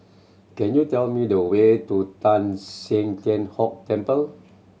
can you tell me the way to Teng San Tian Hock Temple